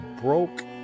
broke